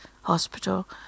hospital